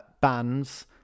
bands